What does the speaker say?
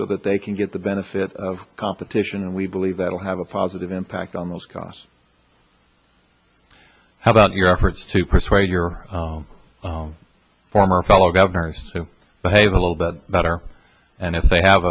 so that they can get the benefit of competition and we believe that will have a positive impact on those costs how about your efforts to persuade your former fellow governors to behave a little bit better and if they have